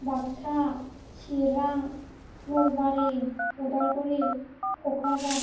Baksa Chirang Nalbari Udalguri Kokrajhar